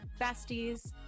besties